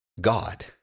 God